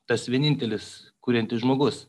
tas vienintelis kuriantis žmogus